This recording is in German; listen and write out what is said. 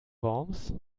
worms